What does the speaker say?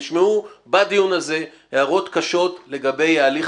נשמעו בדיון הזה הערות קשות לגבי ההליך